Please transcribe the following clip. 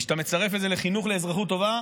כשאתה מצרף את זה לחינוך לאזרחות טובה,